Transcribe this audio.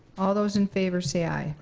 all those in favor say aye.